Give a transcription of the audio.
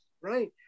Right